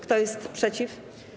Kto jest przeciw?